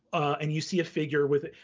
and you see a figure with it.